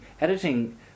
editing